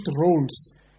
roles